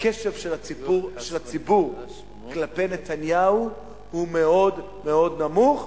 הקשב של הציבור כלפי נתניהו הוא מאוד מאוד נמוך,